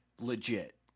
legit